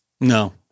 No